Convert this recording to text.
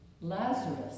Lazarus